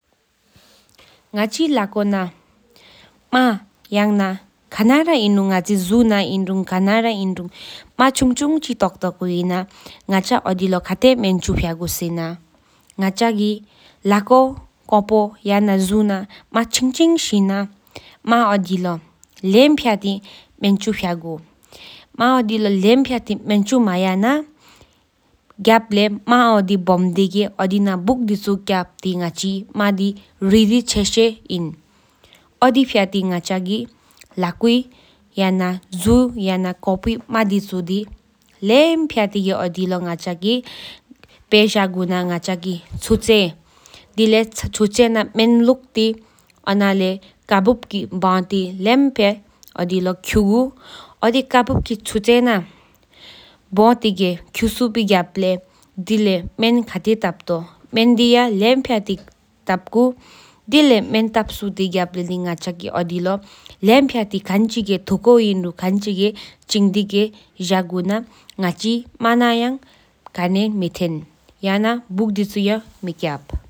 ང་ཅི་ལ་དཀོན་དགོད་ན་མ་ཁུ་ར་ཧེ་རུ་མ་ཆུང་ཆུང་སྤྱི་ཐུག་ཐུག་ཧེན་ན་ང་ཅི་ཨོ་དི་ལོགཕདྡེ་སྨན་ཆུ་ཕྱྒུ་སེན་ན་ང་ཅག་གིས་ལ་ཀོ་་ཀཔོ་ཡན་ན་ཇུ་ན་མ་ཚིང་ཚིངས་ཧེན་ན་མ་འོ་ཕི་ལོ་ལེབ་ཕྱ་ཏེ་སྨན་ཆུ་ཕྱྒུ། མ་འོ་ཕི་ལོ་ལེབ་ཕྱ་ཏེ་སྨན་ཅོ་སྨ་ཡ་ན་གཡ་པ་ལྟེག་མ་ཨོ་དི་བོམ་པོ་ཐེན་ཌི་གི་མ་ཨོ་དི་ན་བུཀྒྒྶྨིན་དཡེ་ང་ཅི་མ་ཌེ་ཚུ་རུ་རྡོ་སེ་ཡ་པུ་ཅེ་ཧེ་ཨིན། ཨོ་དི་ཧོ་ཏེ་ང་ཅག་གི་ལོ་་ཀོ་་ཡན་འགྲོ་གུ་མ་དེཁྱལ་སྤྱི་ན་གཀ་བའི་ལེམ་ཕྱ་ཏི་མ་ཀྱུ་ཏེ་ལྷོད་སྨན་ཌེ་ཅོ་ལེམ་ཕྱ་ཏེ་ཐབ་རྒྒྱ་ལེན་བར་ཐཤོ་གིས་ལེམ་ཕྱ་ཏེ་ཅང་གུ་པོ་འི་ལེང་པི་ཅེ་ཧེ་པོ་ཨེིན།